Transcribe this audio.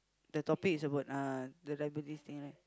the topic is about uh the diabetes thing right